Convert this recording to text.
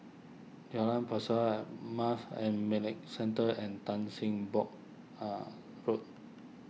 Jalan Pesawat Marsh and McLennan Centre and Tan Sim Boh Are Road